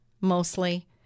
mostly